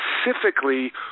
specifically